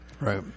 Right